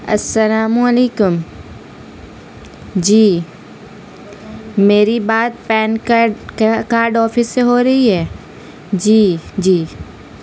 السلام علیکم جی میری بات پین کارڈ کارڈ آفس سے ہو رہی ہے جی جی